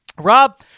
Rob